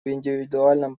индивидуальном